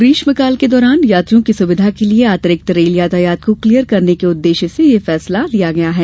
ग्रीष्मकाल के दौरान यात्रियों की सुविधा के लिये अतिरिक्त रेल यातायात को क्लियर करने के उद्देश्य से ये फैसला लिया गया है